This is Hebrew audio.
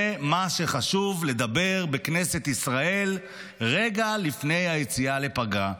זה מה שחשוב לדבר עליו בכנסת ישראל רגע לפני היציאה לפגרה,